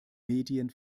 medien